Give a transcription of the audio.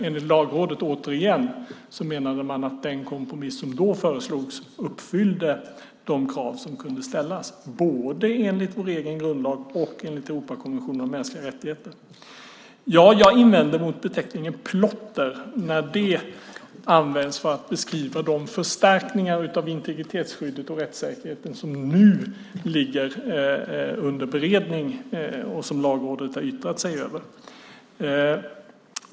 Enligt Lagrådet, återigen, uppfyllde den kompromiss som då föreslogs de krav som kunde ställas både enligt vår egen grundlag och enligt Europakonventionen om mänskliga rättigheter. Ja, jag invänder mot beteckningen "plotter", när den används för att beskriva de förstärkningar av integritetsskyddet och rättssäkerheten som nu ligger under beredning och som Lagrådet har yttrat sig över.